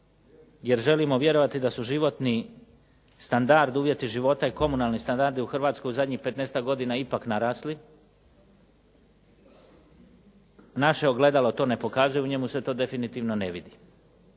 jer želimo vjerovati da su životni standard, uvjeti života i komunalni standardi u Hrvatskoj u zadnjih 15-tak godina ipak narasli. Naše ogledalo to ne pokazuje, u njemu se to definitivno ne vidi.